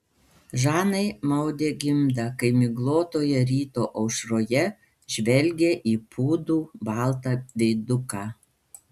žanai maudė gimdą kai miglotoje ryto aušroje žvelgė į pūdų baltą veiduką